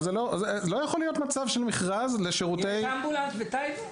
אבל לא יכול להיות מצב של מכרז -- יש אמבולנס בטייבה?